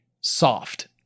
Soft